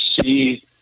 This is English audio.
see